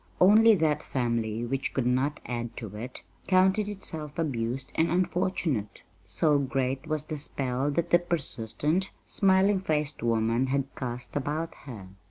only that family which could not add to it counted itself abused and unfortunate, so great was the spell that the persistent, smiling-faced woman had cast about her.